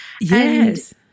yes